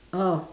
oh